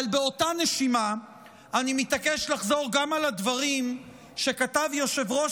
אבל באותה נשימה אני מתעקש לחזור גם על הדברים שכתב יושב-ראש